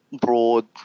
broad